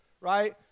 right